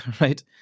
right